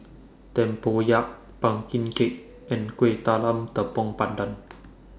Tempoyak Pumpkin Cake and Kueh Talam Tepong Pandan